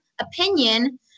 opinion